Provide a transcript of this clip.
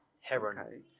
Heron